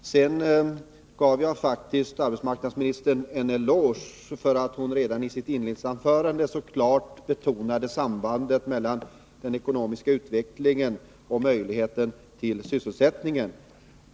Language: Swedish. Jag gav faktiskt arbetsmarknadsministern en eloge för att hon redan i sitt inledningsanförande så klart betonade samarbetet mellan den ekonomiska utvecklingen och möjligheten till sysselsättning.